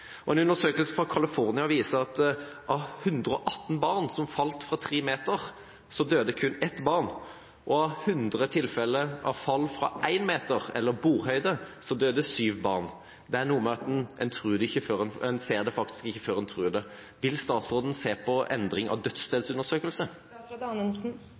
En undersøkelse fra California viser at av 118 barn som falt fra tre meter, så døde kun ett barn, og av 100 tilfeller av fall fra én meter, eller bordhøyde, så døde syv barn. Det er noe med at en tror det ikke før en faktisk ser det. Vil statsråden se på endring av dødsstedsundersøkelse? Jeg deler den bekymringen representanten Ropstad gir uttrykk for. Det